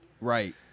right